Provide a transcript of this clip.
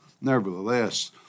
Nevertheless